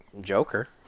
Joker